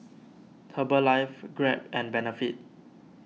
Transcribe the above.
Herbalife Grab and Benefit